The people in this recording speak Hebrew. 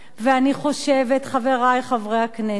ואני חושבת, חברי חברי הכנסת,